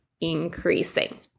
increasing